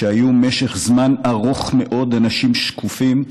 שהיו משך זמן ארוך מאוד אנשים שקופים,